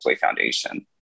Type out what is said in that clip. Foundation